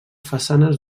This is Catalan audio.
façanes